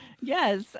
yes